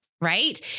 right